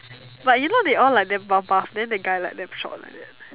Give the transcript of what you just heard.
but you know they all like damn buff buff then the guy like damn short like that